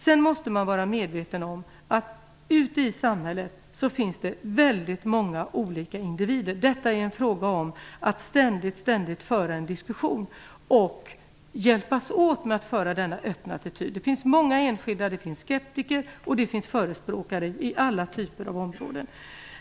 Man måste vara medveten om att det finns väldigt många olika individer ute i samhället. Det är fråga om att ständigt föra en diskussion och hjälpas åt med att ha denna öppna attityd. Det finns många enskilda. Det finns skeptiker och det finns förespråkare på alla områden.